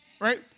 right